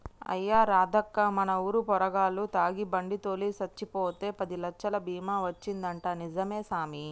అయ్యా రాదక్కా మన ఊరు పోరగాల్లు తాగి బండి తోలి సచ్చిపోతే పదిలచ్చలు బీమా వచ్చిందంటా నిజమే సామి